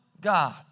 God